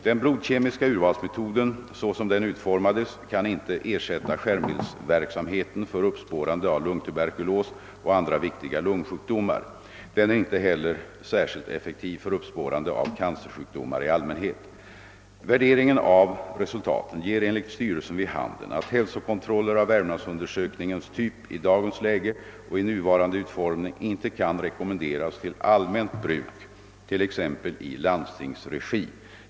Den blodkemiska urvalsmetoden såsom den utformades kan inte ersätta skärmbildsverksamheten för uppspårande av lungtuberkulos och andra viktiga lungsjukdomar. Den är inte heller särskilt effektiv för uppspårande av cancersjukdomar i allmänhet. Värderingen av resultaten ger enligt styrelsen vid handen att hälsokontroller av Värmlandsundersökningens typ i dagens läge och i nuvarande utformning inte kan rekommenderas till allmänt bruk t.ex. i landstingsregi.